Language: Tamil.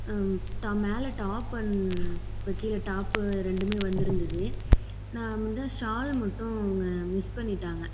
மேலே டாப் அண்ட் கீழே டாப்பு ரெண்டுமே வந்திருந்துது நான் வந்து ஷால் மட்டும் அவங்க மிஸ் பண்ணிட்டாங்க